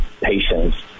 patients